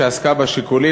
שעסקה בשיקולים,